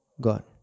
God